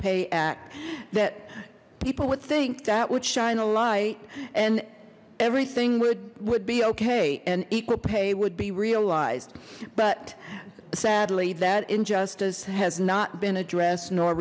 pay act that people would think that would shine a light and everything would would be okay and equal pay would be realized but sadly that injustice has not been addressed nor